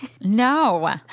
No